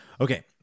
Okay